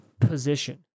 position